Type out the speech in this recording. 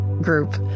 group